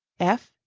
f.